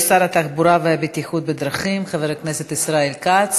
תודה לשר התחבורה והבטיחות בדרכים חבר הכנסת ישראל כץ.